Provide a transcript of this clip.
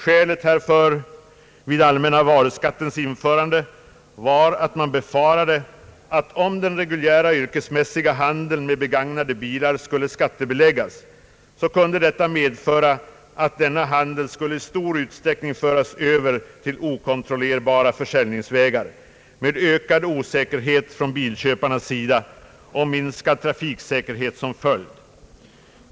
Skälet härför vid den allmänna varuskattens införande var att man befarade att om den reguljära yrkesmässiga handeln med begagnade bilar skulle skattebeläggas, kunde detta medföra att denna handel i stor utsträckning skulle föras över till okontrollerbara försäljningsvägar, med ökad osäkerhet för bilköparna och minskad trafiksäkerhet som följd.